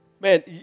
Man